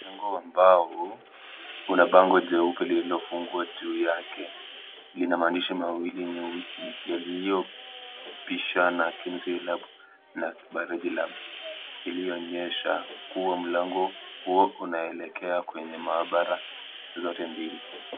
Mlango wa mbao, una bango jeupe lililofungwa juu yake, lina maandishi mawili meusi yaliyopishana, chemistry lab na biology lab , iliyoonyesha kuwa mlango huo unaelekea kwenye mahabara zote mbili.